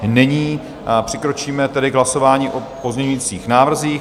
Není, přikročíme tedy k hlasování o pozměňovacích návrzích.